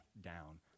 down